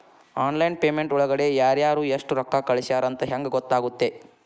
Online payment ಒಳಗಡೆ ಯಾರ್ಯಾರು ಎಷ್ಟು ರೊಕ್ಕ ಕಳಿಸ್ಯಾರ ಅಂತ ಹೆಂಗ್ ಗೊತ್ತಾಗುತ್ತೆ?